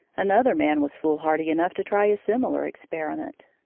another man was foolhardy enough to try a similar experiment,